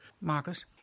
Marcus